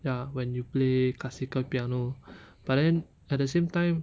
ya when you play classical piano but then at the same time